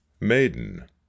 maiden